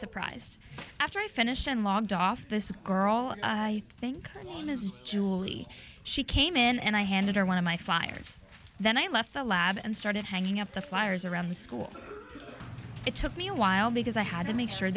surprised after i finish and logged off this girl i think she came in and i handed her one of my fires then i left the lab and started hanging up the flyers around the school it took me a while because i had to make sure